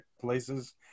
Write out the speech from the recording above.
places